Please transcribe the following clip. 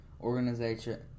organization